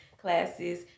classes